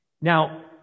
Now